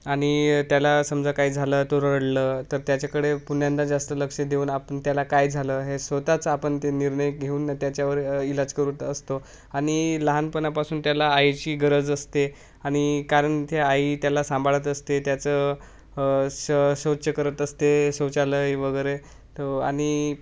आणि त्याला समजा काही झालं तो रडलं तर त्याच्याकडे पुन्हा जास्त लक्ष देऊन आपण त्याला काय झालं हे स्वत च आपण ते निर्णय घेऊन त्याच्यावर इलाज करत असतो आणि लहानपणापासून त्याला आईची गरज असते आणि कारण ते आई त्याला सांभाळत असते त्याचं स शौच करत असते शौचालय वगैरे तर आणि